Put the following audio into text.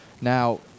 Now